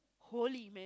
holy man